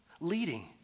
Leading